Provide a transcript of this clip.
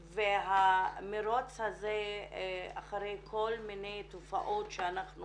והמרוץ הזה אחרי כל מיני תופעות שאנחנו